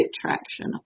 traction